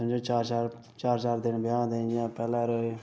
समझो चार चार चार चार दिन ब्याह् होंदे हे इ'यां पैह्ले रेह्